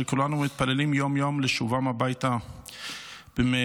שכולנו מתפללים יום-יום לשובם הביתה במהרה.